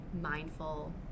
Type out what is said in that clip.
mindful